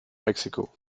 mexiko